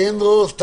פינדרוס,